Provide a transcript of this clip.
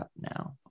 now